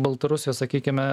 baltarusijos sakykime